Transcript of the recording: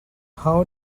how